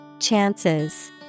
Chances